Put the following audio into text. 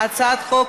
הצעת החוק